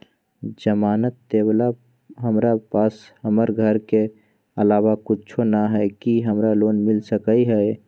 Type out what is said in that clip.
जमानत देवेला हमरा पास हमर घर के अलावा कुछो न ही का हमरा लोन मिल सकई ह?